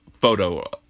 photo